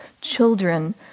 children